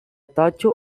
totxo